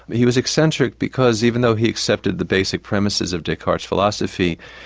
but he was eccentric because even though he accepted the basic premises of descartes' philosophy,